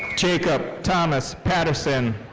jacob thomas patterson.